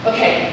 Okay